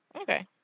okay